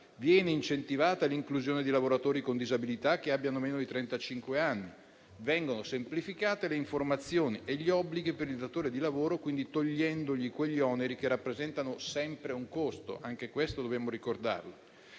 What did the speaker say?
viene incentivata l'inclusione di lavoratori con disabilità che abbiano meno di trentacinque anni; vengono semplificate le informazioni e gli obblighi per il datore di lavoro, togliendogli quindi quegli oneri che rappresentano sempre un costo; anche questo è un aspetto